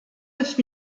neuf